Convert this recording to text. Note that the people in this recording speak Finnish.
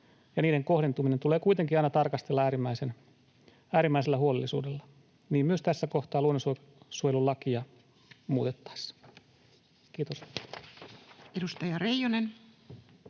niiden kohdentumista tulee kuitenkin aina tarkastella äärimmäisellä huolellisuudella, niin myös tässä kohtaa luonnonsuojelulakia muutettaessa. — Kiitos. [Speech